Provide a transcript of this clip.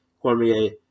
Cormier